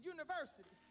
University